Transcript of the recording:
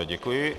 Děkuji.